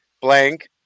blank